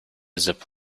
zip